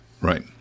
Right